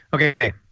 Okay